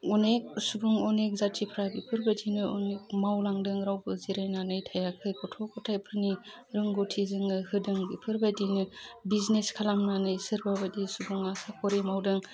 अनेक सुबुं अनेक जाथिफ्रा बेफोरबायदिनो अनेक मावलांदों रावबो जिरायनानै थायाखै गथ' गथाइफोरनि रोंगौथि जोंनो होदों बेफोरबायदिनो बिजिनेस खालामनानै सोरबा बायदि सुबुङा साख'रि मावदों